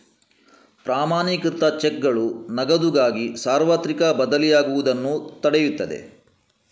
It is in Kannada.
ಪ್ರಮಾಣೀಕೃತ ಚೆಕ್ಗಳು ನಗದುಗಾಗಿ ಸಾರ್ವತ್ರಿಕ ಬದಲಿಯಾಗುವುದನ್ನು ತಡೆಯುತ್ತದೆ